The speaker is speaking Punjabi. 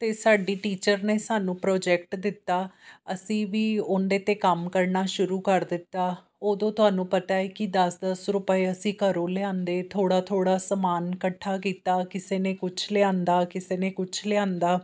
ਅਤੇ ਸਾਡੀ ਟੀਚਰ ਨੇ ਸਾਨੂੰ ਪ੍ਰੋਜੈਕਟ ਦਿੱਤਾ ਅਸੀਂ ਵੀ ਉਹਦੇ 'ਤੇ ਕੰਮ ਕਰਨਾ ਸ਼ੁਰੂ ਕਰ ਦਿੱਤਾ ਉਦੋਂ ਤੁਹਾਨੂੰ ਪਤਾ ਹੈ ਕਿ ਦਸ ਦਸ ਰੁਪਏ ਅਸੀਂ ਘਰੋਂ ਲਿਆਂਦੇ ਥੋੜ੍ਹਾ ਥੋੜ੍ਹਾ ਸਮਾਨ ਇਕੱਠਾ ਕੀਤਾ ਕਿਸੇ ਨੇ ਕੁਛ ਲਿਆਂਦਾ ਕਿਸੇ ਨੇ ਕੁਛ ਲਿਆਂਦਾ